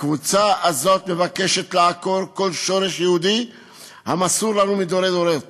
הקבוצה הזאת מבקשת לעקור כל שורש יהודי המסור לנו מדורי-דורות